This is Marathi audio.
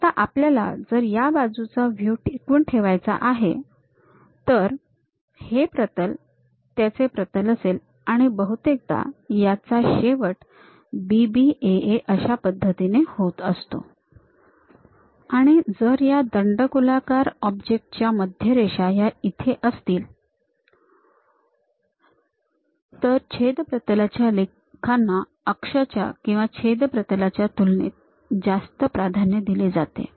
आता आपल्याला जर या बाजूचा व्ह्यू टिकवून ठेवायचा आहे तर हे प्रतल त्याचे प्रतल असेल आणि बहुतेकदा याचा शेवट BB AA अशा पद्धतीने होत असतो आणि जर ह्या दंडगोलाकार ऑब्जेक्ट च्या मध्य रेषा ह्या इथे असतील थे छेद प्रतलाच्या रेखाना अक्षाच्या किंवा छेद प्रतलाच्या तुलनेत जास्त प्राधान्य दिले जाते